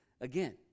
again